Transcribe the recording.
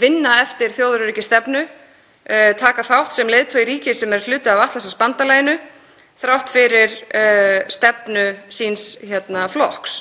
vinna eftir þjóðaröryggisstefnu og taka þátt sem leiðtogi ríkis sem er hluti af Atlantshafsbandalaginu þrátt fyrir stefnu síns flokks.